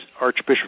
Archbishop